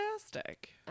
Fantastic